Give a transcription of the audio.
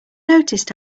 noticed